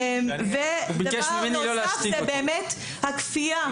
ודבר נוסף שבאמת הכפייה,